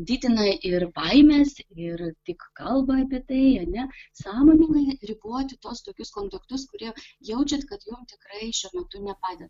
didina ir baimes ir tik kalba apie tai ane sąmoningai riboti tuos tokius kontaktus kurie jaučiat kad jum tikrai šiuo metu nepadeda